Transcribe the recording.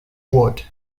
wood